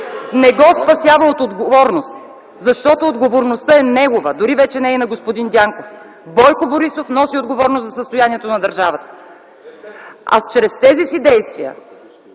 не го спасява от отговорност. Защото отговорността е негова, дори вече не е и на господин Дянков. Бойко Борисов носи отговорност за състоянието на държавата. КРАСИМИР ВЕЛЧЕВ